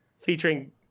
Featuring